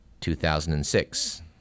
2006